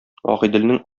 агыйделнең